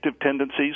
tendencies